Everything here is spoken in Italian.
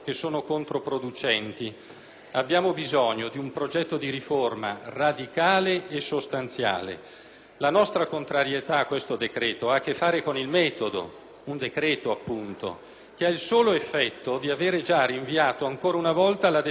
Abbiamo bisogno di un progetto di riforma radicale e sostanziale. La nostra contrarietà a questo decreto ha a che fare con il metodo, un decreto appunto, che ha il solo effetto di avere già rinviato ancora una volta la definizione di un disegno di legge.